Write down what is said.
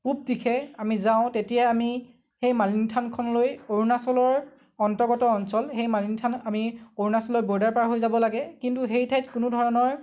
পূৱ দিশে আমি যাওঁ তেতিয়া আমি সেই মালিনী থানখনলৈ অৰুণাচলৰ অন্তৰ্গত অঞ্চল সেই মালিনী থান আমি অৰুণাচলৰ ব'ৰ্ডাৰ পাৰ হৈ যাব লাগে কিন্তু সেই ঠাইত কোনো ধৰণৰ